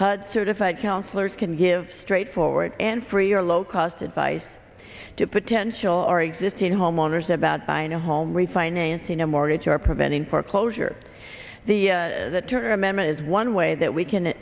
certified counselors can give straightforward and free or low cost advice to potential or existing homeowners about buying a home refinancing your mortgage or preventing foreclosure the turner amendment is one way that we can